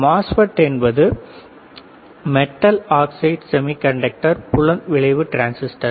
Mosfet என்பது MOSFET கள் metal oxide semiconductor புலம் விளைவு டிரான்சிஸ்டர்கள்